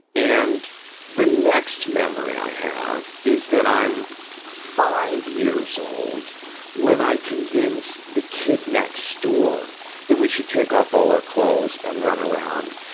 and the next memory i have is that i'm five years old when i convince the kid next door that we should take off all our clothes and run around.